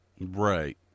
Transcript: Right